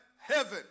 heaven